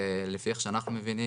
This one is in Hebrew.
לפי הבנתנו,